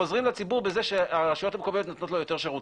חוזרים לציבור בזה שהרשויות המקומיות נותנות לו יותר שירותים.